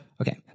Okay